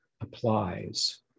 applies